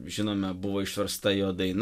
žinome buvo išversta jo daina